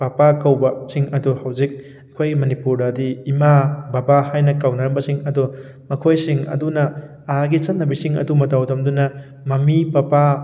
papa ꯀꯧꯕꯁꯤꯡ ꯑꯗꯣ ꯍꯧꯖꯤꯛ ꯑꯩꯈꯣꯏ ꯃꯅꯤꯄꯨꯔꯗꯗꯤ ꯏꯃꯥ ꯕꯕꯥ ꯍꯥꯏꯅ ꯀꯧꯅꯔꯝꯕꯁꯤꯡ ꯑꯗꯣ ꯃꯈꯣꯏꯁꯤꯡ ꯑꯗꯨꯅ ꯑꯥꯒꯤ ꯆꯠꯅꯕꯤꯁꯤꯡ ꯑꯗꯨ ꯃꯇꯧ ꯇꯝꯗꯨꯅ ꯃꯝꯃꯤ ꯄꯄꯥ